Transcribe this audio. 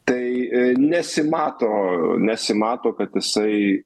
tai nesimato nesimato kad jisai